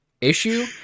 issue